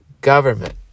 government